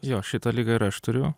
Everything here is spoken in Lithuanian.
jo šitą ligą ir aš turiu